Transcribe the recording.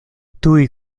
tuj